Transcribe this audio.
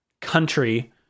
country